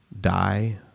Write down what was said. die